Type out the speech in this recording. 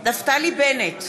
נפתלי בנט,